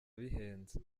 bihenze